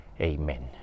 Amen